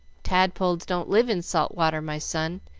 tadpoles don't live in salt water, my son,